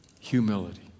humility